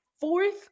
fourth